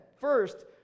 First